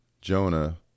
Jonah